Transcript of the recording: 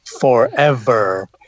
Forever